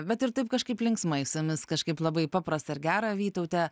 bet ir taip kažkaip linksmai su jumis kažkaip labai paprasta ir gera vytaute